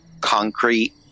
concrete